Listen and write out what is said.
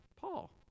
Paul